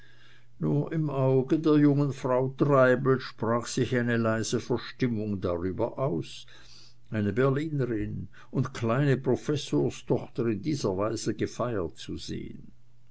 nur im auge der jungen frau treibel sprach sich eine leise verstimmung darüber aus eine berlinerin und kleine professorstochter in dieser weise gefeiert zu sehen